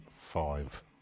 five